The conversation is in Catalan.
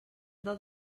del